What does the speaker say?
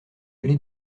allée